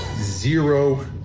Zero